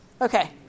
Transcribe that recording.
okay